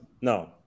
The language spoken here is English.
no